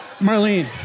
Marlene